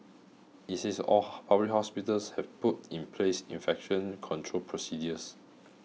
it says all hospitals have put in place infection control procedures